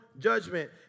judgment